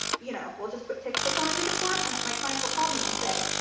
you know we'll just put tickets on a ticket form and my clients will call me and say,